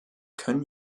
können